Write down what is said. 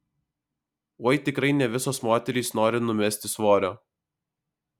oi tikrai ne visos moterys nori numesti svorio